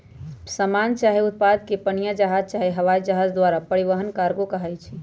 समान चाहे उत्पादों के पनीया जहाज चाहे हवाइ जहाज द्वारा परिवहन कार्गो कहाई छइ